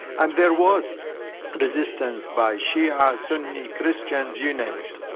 and there was resistance by shia, sunni, christians, you name it.